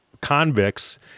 convicts